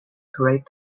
great